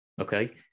Okay